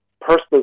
personal